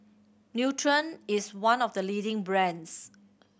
Nutren is one of the leading brands